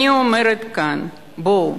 אני אומרת כאן: בואו,